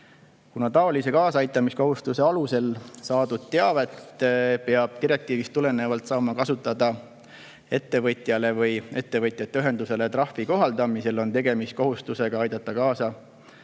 Kuna taolise kaasaaitamiskohustuse alusel saadud teavet peab direktiivist tulenevalt saama kasutada ettevõtjale või ettevõtjate ühendusele trahvi kohaldamisel, on tegemist kohustusega aidata kaasa